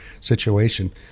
situation